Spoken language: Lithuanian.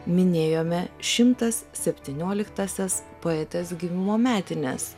minėjome šimtas septynioliktąsias poetės gimimo metines